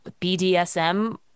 BDSM